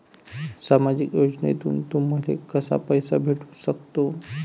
सामाजिक योजनेतून तुम्हाले कसा पैसा भेटू सकते?